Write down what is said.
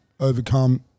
Overcome